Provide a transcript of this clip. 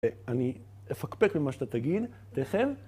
אני אפקפק במה שאתה תגיד, וכן,